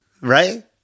Right